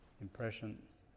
impressions